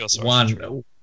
one